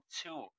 two